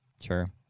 Sure